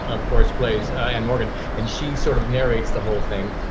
of course, plays and morgan and she sort of narrates the whole thing.